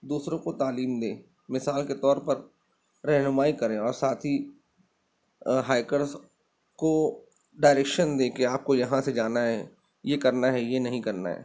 دوسروں کو تعلیم دیں مثال کے طور پر رہنمائی کریں اور ساتھ ہی ہائیکرز کو ڈائریکشن دیں کہ آپ کو یہاں سے جانا ہے یہ کرنا ہے یہ نہیں کرنا ہے